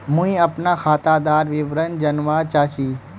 मुई अपना खातादार विवरण जानवा चाहची?